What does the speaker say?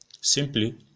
simply